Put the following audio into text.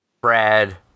Brad